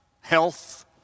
health